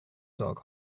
dog